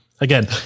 again